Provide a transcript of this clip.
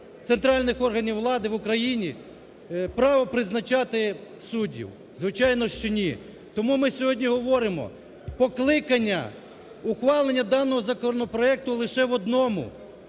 центральних органів влади в Україні право призначати суддів? Звичайно, що ні. Тому ми сьогодні говоримо, покликання, ухвалення даного законопроекту лише в одному: